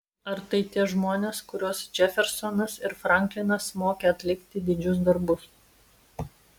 ar tai tie žmonės kuriuos džefersonas ir franklinas mokė atlikti didžius darbus